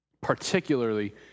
particularly